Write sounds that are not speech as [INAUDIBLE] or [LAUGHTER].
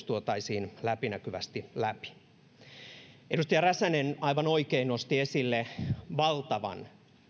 [UNINTELLIGIBLE] tuotaisiin läpinäkyvästi esille edustaja räsänen aivan oikein nosti esille valtavan